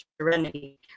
serenity